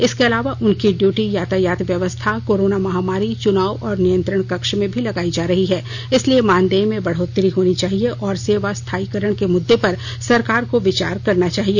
इसके अलावा उनकी ड्यूटी यातायात व्यवस्था कोरोना महामारी चुनाव और नियंत्रण कक्ष में भी लगाई जा रही है इसलिए मानदेय में बढ़ोत्तरी होनी चाहिए और सेवा स्थायीकरण के मुददे पर सरकार को विचार करना चाहिए